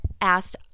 asked